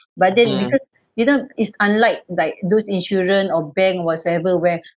but then because you know it's unlike like those insurance or bank whatsoever where